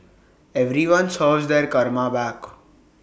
everyone serves their karma back